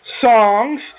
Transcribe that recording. songs